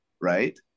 right